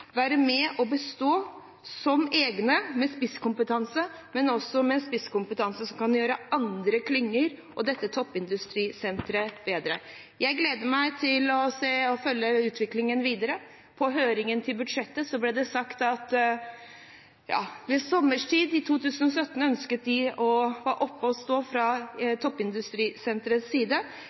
bestå som egne enheter med spisskompetanse som kan gjøre andre klynger og dette toppindustrisenteret bedre. Jeg gleder meg til å se og følge utviklingen videre. På høringen til budsjettet ble det sagt at ved sommerstid i 2017 ønsket de fra toppindustrisenterets side å være oppe å stå. Fra Kristelig Folkepartis side